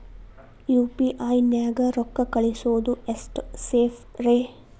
UPI ನ್ಯಾಗ ರೊಕ್ಕ ಕಳಿಸೋದು ಎಷ್ಟ ಸೇಫ್ ರೇ?